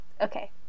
Okay